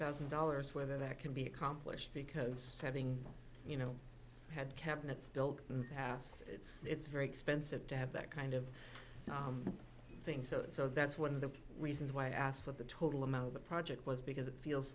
thousand dollars whether that can be accomplished because having you know had cabinets built in the past it's very expensive to have that kind of things and so that's one of the reasons why i asked what the total amount of the project was because it feels